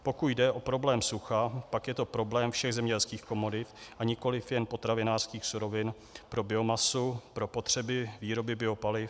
Pokud jde o problém sucha, pak je to problém všech zemědělských komodit a nikoliv jen potravinářských surovin pro biomasu, pro potřeby výroby biopaliv.